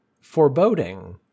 foreboding